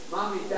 Mommy